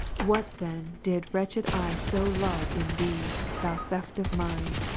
what then did wretched i so love in thee, thou theft of mine,